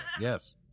yes